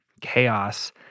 chaos